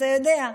אתה יודע.